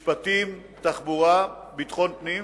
משפטים, תחבורה, ביטחון פנים,